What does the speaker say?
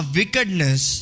wickedness